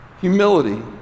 Humility